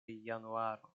januaro